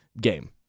game